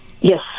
Yes